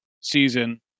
season